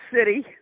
City